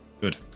Good